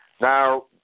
Now